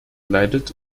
leidet